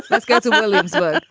let's go to williamsburg.